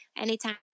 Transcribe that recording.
anytime